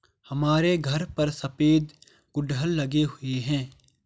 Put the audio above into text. हमारे घर पर सफेद गुड़हल लगे हुए हैं